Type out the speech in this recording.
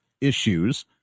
issues